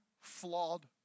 flawed